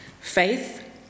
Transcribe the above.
faith